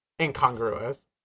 incongruous